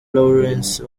lawrence